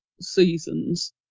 seasons